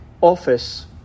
office